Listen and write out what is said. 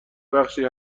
بخشی